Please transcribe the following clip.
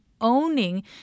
owning